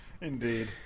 Indeed